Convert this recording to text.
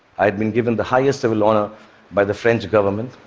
i had been given the highest civil honor by the french government,